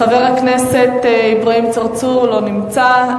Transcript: חבר הכנסת אברהים צרצור, לא נמצא.